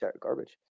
garbage